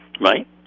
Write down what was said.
right